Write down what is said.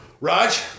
Raj